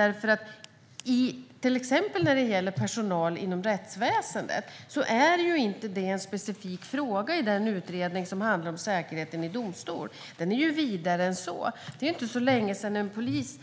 När det till exempel gäller personal inom rättsväsendet är det inte en specifik fråga i den utredning som handlar om säkerheten i domstol. Den är ju vidare än så. Det är inte så länge sedan en polis